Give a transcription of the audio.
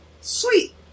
Sweet